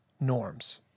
norms